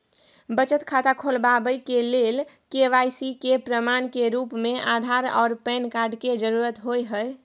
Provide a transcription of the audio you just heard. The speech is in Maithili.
बचत खाता खोलाबय के लेल के.वाइ.सी के प्रमाण के रूप में आधार आर पैन कार्ड के जरुरत होय हय